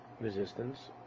resistance